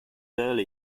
early